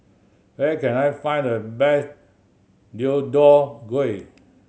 where can I find the best Deodeok Gui